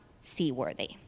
seaworthy